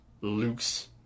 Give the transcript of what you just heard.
Luke's